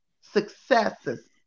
successes